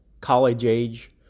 college-age